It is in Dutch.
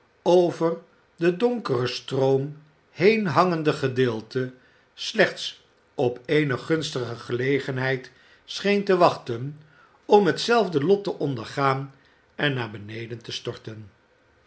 over den donkeren stroom heen hangende gedeelte slechts op eene gunstige gelegenheid scheen te wachten om hetzelfde lot te ondergaan en naar beneden te storten